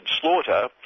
slaughter